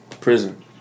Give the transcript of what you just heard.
prison